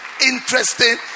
interesting